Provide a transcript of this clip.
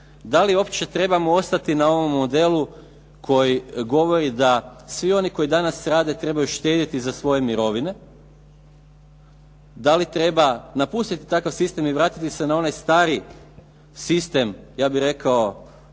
da li uopće trebamo ostati na ovom modelu koji govori da svi oni koji danas rade trebaju štedjeti za svoje mirovine. Da li treba napustiti takav sistem i vratiti se na onaj stari sistem, ja bih rekao